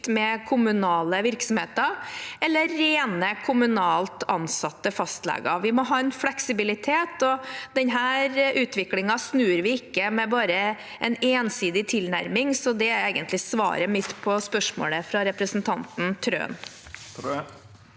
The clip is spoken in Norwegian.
med kommunale virksomheter eller rene kommunalt ansatte fastleger. Vi må ha en fleksibilitet, og denne utviklingen snur vi ikke med bare en ensidig tilnærming, så det er egentlig svaret mitt på spørsmålet fra representanten Trøen.